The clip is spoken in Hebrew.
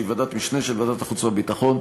שהיא ועדת משנה של ועדת החוץ והביטחון,